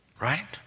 Right